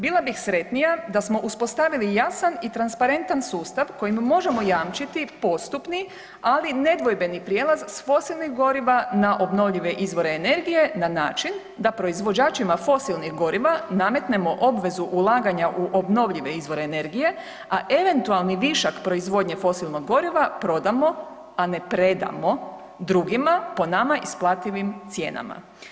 Bila bih sretnija da smo uspostavili jasan i transparentan sustav kojim možemo jamčiti postupni ali nedvojbeni prijelaz s fosilnih goriva na obnovljive izvore energije na način da proizvođačima fosilnih goriva nametnemo obvezu ulaganja u obnovljive izvore energije, a eventualni višak proizvodnje fosilnog goriva prodamo, a ne predamo drugima po nama isplativim cijenama.